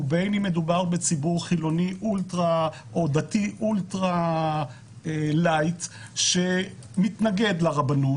ובין אם מדובר בציבור חילוני או דתי אולטרה לייט שמתנגד לרבנות.